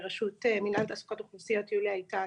רשות מנהל תעסוקת אוכלוסיות, יוליה איתן,